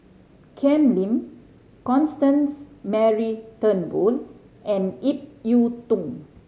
Ken Lim Constance Mary Turnbull and Ip Yiu Tung